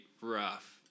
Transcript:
rough